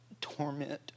torment